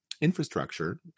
infrastructure